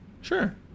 sure